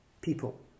people